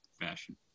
fashion